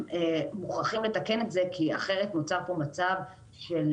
מוכרחים לתקן את זה כי אחרת נוצר פה מצב של